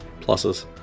pluses